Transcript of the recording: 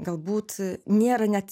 galbūt nėra net